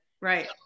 Right